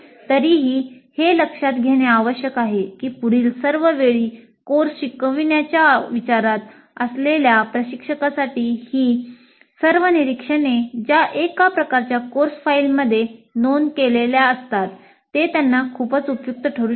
तरीही हे लक्षात घेणे महत्वाचे आहे की पुढील सर्व वेळी कोर्स शिकविण्याच्या विचारात असलेल्या प्रशिक्षकासाठी ही सर्व निरीक्षणे ज्या एका प्रकारच्या कोर्स फाईलमध्ये नोंद केलेल्या असतात ते त्यांना खूपच उपयुक्त ठरू शकतात